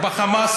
בחמאס,